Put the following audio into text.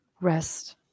Rest